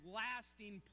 lasting